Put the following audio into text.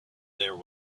there